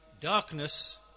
darkness